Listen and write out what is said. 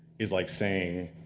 is like saying,